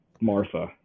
Martha